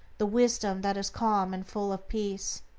the wisdom that is calm and full of peace.